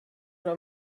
oder